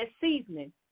seasoning